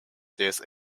these